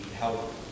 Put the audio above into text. help